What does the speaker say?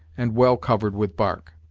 and well covered with bark.